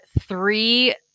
three